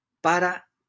para